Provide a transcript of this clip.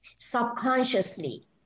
Subconsciously